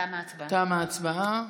תמה ההצבעה.